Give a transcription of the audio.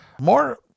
more